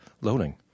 loading